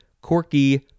corky